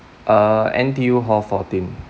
uh N_T_U hall fourteen